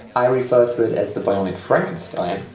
i refer to it as the bionic frankenstein.